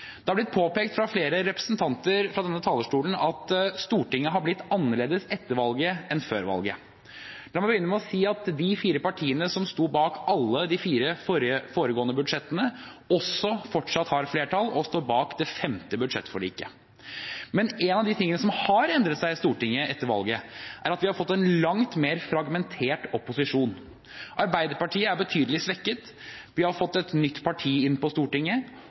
Det har blitt påpekt fra flere representanter fra denne talerstolen at Stortinget har blitt annerledes etter valget. La meg begynne med å si at de fire partiene som sto bak alle de fire foregående budsjettene, fortsatt har flertall og står bak det femte budsjettforliket. Men noe av det som har endret seg i Stortinget etter valget, er at vi har fått en langt mer fragmentert opposisjon. Arbeiderpartiet er betydelig svekket, vi har fått et nytt parti inn på Stortinget,